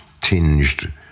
tinged